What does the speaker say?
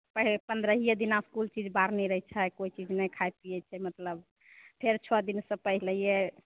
पहि पन्द्रहिये दिना कुल चीज बारने रहै छै कोइ चीज नहि खाई पियै छै मतलब फेर छओ दिन सऽ पैहलैहिये